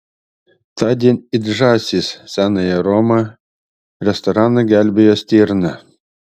tądien it žąsys senąją romą restoraną gelbėjo stirna